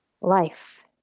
life